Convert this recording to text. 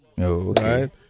Okay